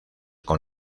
con